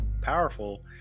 powerful